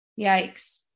Yikes